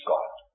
God